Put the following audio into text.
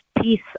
peace